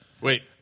Wait